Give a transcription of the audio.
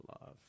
love